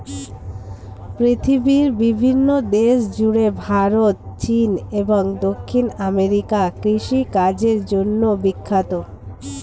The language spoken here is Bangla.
পৃথিবীর বিভিন্ন দেশ জুড়ে ভারত, চীন এবং দক্ষিণ আমেরিকা কৃষিকাজের জন্যে বিখ্যাত